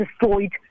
destroyed